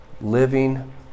living